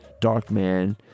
Darkman